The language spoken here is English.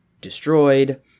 destroyed